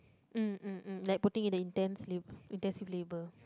uh like putting in the intense intensive labour